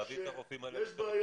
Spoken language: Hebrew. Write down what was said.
להביא את הרופאים האלה לפריפריה,